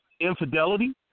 infidelity